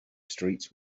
streets